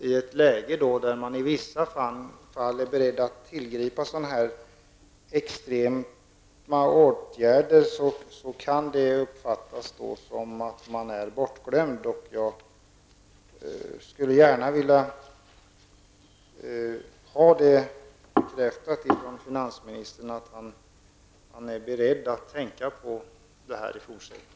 I ett läge där man i vissa fall är beredd att tillgripa sådana extrema åtgärder för expansiva områden kan det uppfattas som att man i Kalmar län är bortglömd. Jag skulle gärna vilja ha en bekräftelse från finansministern att han är beredd att tänka på detta i fortsättning.